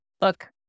look